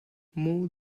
move